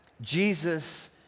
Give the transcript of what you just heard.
Jesus